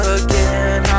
again